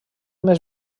més